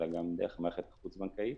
גם דרך המערכת החוץ-בנקאית.